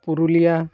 Purulia